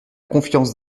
confiance